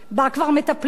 בה כבר מטפלים,